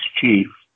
chief